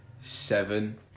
seven